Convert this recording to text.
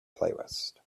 playlist